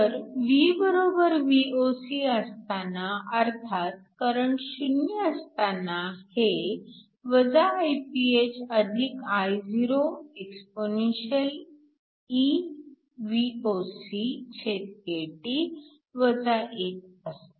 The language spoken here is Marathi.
तर VVoc असताना अर्थात करंट 0 असताना हे Iph Io exp असते